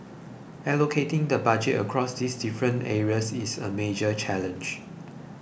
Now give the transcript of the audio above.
allocating the Budget across these different areas is a major challenge